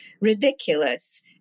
ridiculous